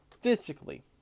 physically